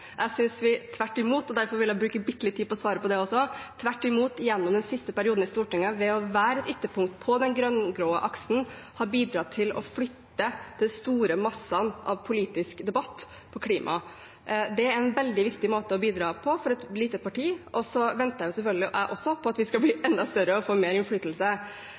jeg bruke bitte lite tid på å svare på det også – synes jeg vi gjennom den siste perioden i Stortinget ved å være ytterpunkt på den grønn-grå aksen har bidratt til å flytte de store massene av politisk debatt over på klima. Det er en veldig viktig måte å bidra på for et lite parti. Så venter selvfølgelig også jeg på at vi skal bli enda større og få mer innflytelse.